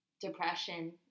depression